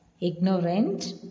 Ignorant